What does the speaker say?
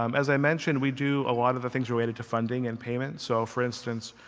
um as i mentioned, we do a lot of the things related to funding and payment. so for instance,